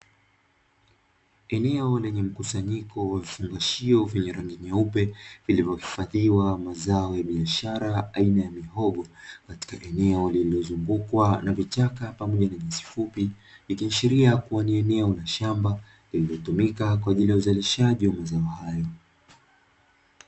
Eneo lenye mkusanyiko wa vifungashio vyenye rangi nyeupe, vinavyohifadhiwa mazao ya biashara aina ya mihogo katika eneo lililozungukwa na vichaka pamoja nyasi fupi, ikishiria kuwa ni eneo la shamba lililotumika kwa ajili ya uzalishaji wa mazao hayo.